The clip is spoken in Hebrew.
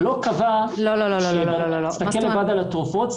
החוק לא קבע שצריך להסתכל לבד על התרופות,